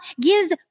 gives